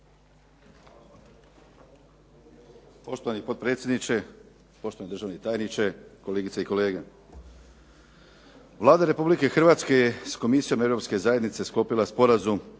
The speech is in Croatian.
Poštovani potpredsjedniče, poštovani državni tajniče, kolegice i kolege. Vlada Republike Hrvatske je s Komisijom Europske zajednice sklopila sporazum